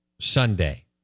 Sunday